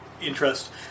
interest